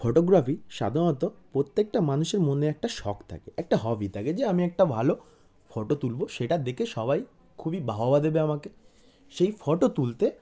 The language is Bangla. ফটোগ্রাফি সাধারণত প্রত্যেকটা মানুষের মনে একটা শখ থাকে একটা হবি থাকে যে আমি একটা ভালো ফটো তুলব সেটা দেখে সবাই খুবই বাহবা দেবে আমাকে সেই ফটো তুলতে